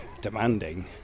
demanding